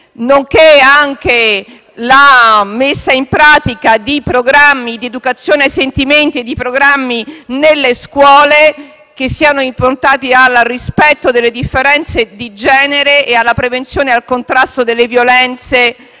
nonché alla messa in pratica di programmi di educazione ai sentimenti, anche nelle scuole, improntati al rispetto delle differenze di genere e alla prevenzione e al contrasto delle violenze